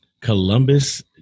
Columbus